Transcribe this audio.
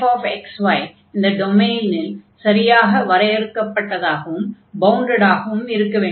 fxy இந்த டொமைனில் சரியாக வரையறுக்கப்பட்டதாகவும் பவுண்டடாகவும் இருக்க வேண்டும்